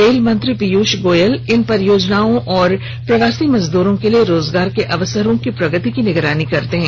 rail मंत्री पीयूष गोयल इन परियोजनाओं और प्रवासी मजदूरों के लिए रोजगार के अवसरों की प्रगति की निगरानी करते हैं